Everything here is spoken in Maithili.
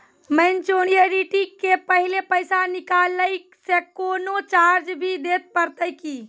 मैच्योरिटी के पहले पैसा निकालै से कोनो चार्ज भी देत परतै की?